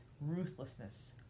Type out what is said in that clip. ruthlessness